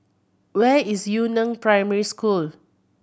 where is Yu Neng Primary School